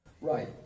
Right